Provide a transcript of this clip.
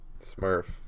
Smurf